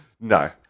No